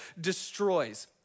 destroys